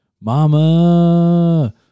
Mama